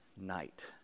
night